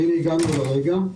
והנה הגענו לרגע.